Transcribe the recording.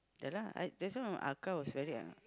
ya lah I that's why was very uh